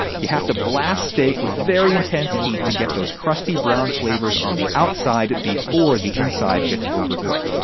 you have to blast steak with very intense heat to get those crusty-brown flavors on the outside before the inside gets overcooked.